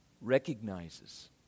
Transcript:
recognizes